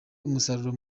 umusaruro